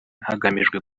hagamijwe